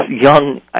young